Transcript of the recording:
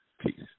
Peace